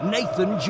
Nathan